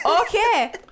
Okay